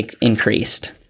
increased